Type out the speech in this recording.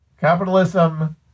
Capitalism